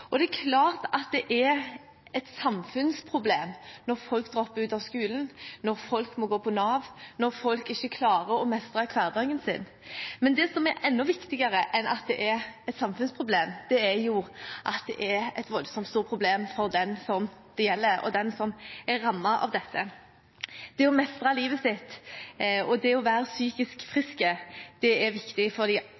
klart at det er et samfunnsproblem når folk dropper ut av skolen, når folk må gå på Nav, når folk ikke klarer å mestre hverdagen sin. Men det som er enda viktigere enn at det er et samfunnsproblem, er at det er et voldsomt stort problem for den det gjelder, den som er rammet av dette. Det å mestre livet sitt og det å være psykisk